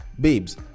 babes